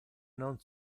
non